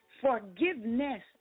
forgiveness